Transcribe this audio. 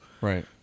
Right